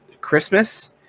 Christmas